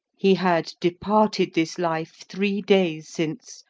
he had departed this life three days since,